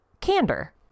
candor